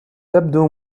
تبدو